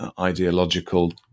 ideological